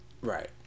Right